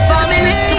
Family